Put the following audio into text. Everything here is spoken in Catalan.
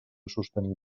sostenible